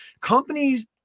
Companies